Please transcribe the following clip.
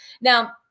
Now